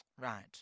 Right